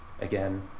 again